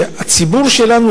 הציבור שלנו,